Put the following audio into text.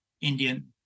Indian